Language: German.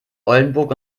oldenburg